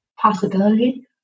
possibility